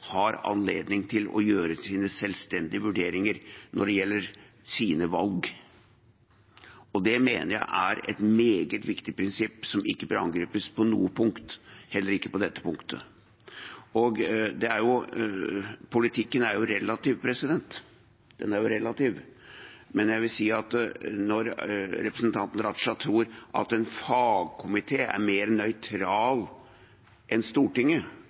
har anledning til å gjøre sine selvstendige vurderinger når det gjelder deres valg. Det mener jeg er et meget viktig prinsipp som ikke bør angripes på noe punkt, heller ikke dette. Politikken er jo relativ, men når representanten Raja tror at en fagkomité er mer nøytral enn Stortinget